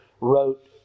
wrote